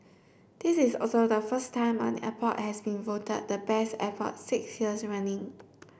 this is also the first time an airport has been voted the Best Airport six years running